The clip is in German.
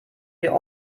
wir